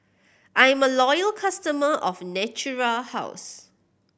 I'm a loyal customer of Natura House